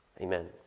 Amen